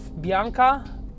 Bianca